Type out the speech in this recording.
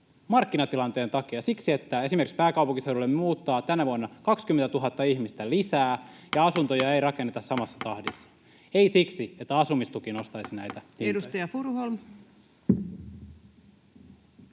markkinatilanteen takia siksi, että esimerkiksi pääkaupunkiseudulle muuttaa tänä vuonna 20 000 ihmistä lisää ja asuntoja ei rakenneta samassa tahdissa. Ei siksi, että asumistuki